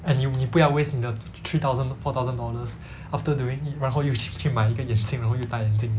and you 你不要 waste 你的 three thousand four thousand dollars after doing 然后又去去买一个眼镜然后又戴眼镜